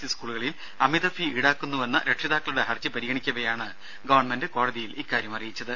E സ്കൂളുകളിൽ അമിത fee ഇൌടാക്കുന്നുവെന്ന രക്ഷിതാക്കളുടെ ഹർജി പരിഗണിക്കവേയാണ് ഗവൺമെന്റ് കോടതിയിൽ ഇക്കാര്യം അറിയിച്ചത്